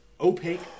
Opaque